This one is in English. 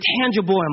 tangible